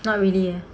not really ah